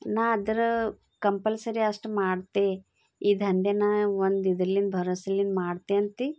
ನಾನು ಅದರ ಕಂಪಲ್ಸರಿ ಅಷ್ಟು ಮಾಡ್ತೆ ಈ ದಂಧೆ ನಾ ಒಂದು ಇದರಿಂದ ಭರ್ವಸೆಯಿಂದ ಮಾಡ್ತೆ ಅಂತ